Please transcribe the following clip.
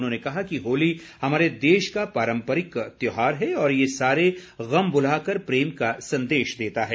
उन्होंने कहा कि होली हमारे देश का पारंपरिक त्यौहार है और यह सारे गम भुला कर प्रेम का संदेश देता है